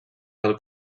del